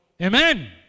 Amen